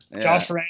Josh